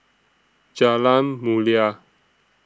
Jalan Mulia